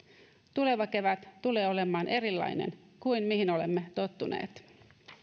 tuleva kevät tulee olemaan erilainen kuin mihin olemme tottuneet